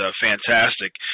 fantastic